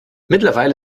mittlerweile